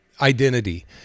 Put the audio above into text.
identity